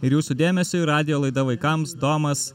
ir jūsų dėmesiui radijo laida vaikams domas